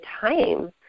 time